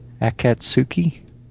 Akatsuki